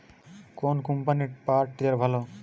কোন কম্পানির power tiller ভালো?